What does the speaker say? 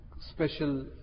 special